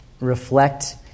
reflect